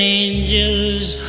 angel's